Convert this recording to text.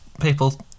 people